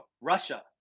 Russia